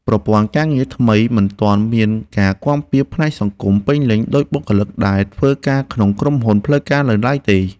ប្រព័ន្ធការងារថ្មីនេះមិនទាន់មានការគាំពារផ្នែកសង្គមពេញលេញដូចបុគ្គលិកដែលធ្វើការក្នុងក្រុមហ៊ុនផ្លូវការនៅឡើយទេ។